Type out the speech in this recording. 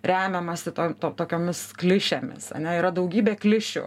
remiamasi tom tokiomis klišėmis ane yra daugybė klišių